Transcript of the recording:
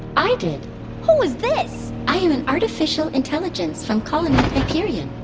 i did who is this? i am an artificial intelligence from colony hyperion.